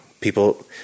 people